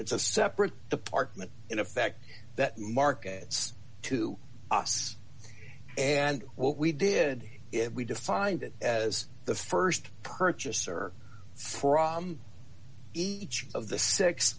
it's a separate department in effect that markets to us and what we did it we defined it as the st purchaser fromm each of the six